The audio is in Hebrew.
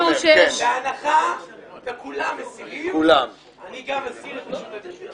בהנחה שכולם מסירים, גם אני מסיר את רשות הדיבור.